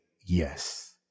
yes